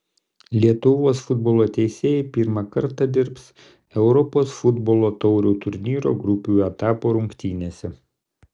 lietuvos futbolo teisėjai pirmą kartą dirbs europos futbolo taurių turnyro grupių etapo rungtynėse